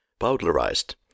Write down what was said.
powderized